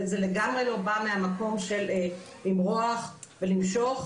וזה לגמרי לא בא מהמקום של למרוח ולמשוך.